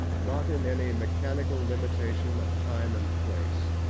not in any mechanical limitation of time and place,